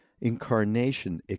incarnation